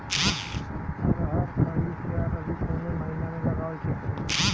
अरहर खरीफ या रबी कवने महीना में लगावल ठीक रही?